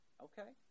Okay